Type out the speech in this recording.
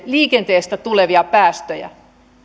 liikenteestä tulevia päästöjä